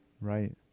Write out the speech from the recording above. Right